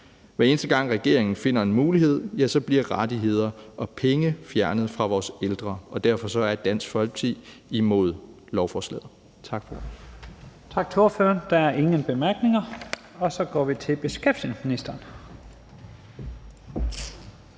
Hver eneste gang regeringen finder en mulighed, ja, så bliver rettigheder og penge fjernet fra vores ældre. Derfor er Dansk Folkeparti imod lovforslaget. Kl.